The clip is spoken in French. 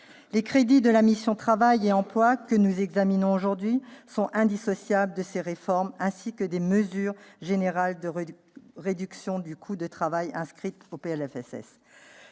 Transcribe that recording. Les crédits de la mission « Travail et emploi » que nous examinons aujourd'hui sont indissociables de ces réformes, ainsi que des mesures générales de réduction du coût du travail inscrites dans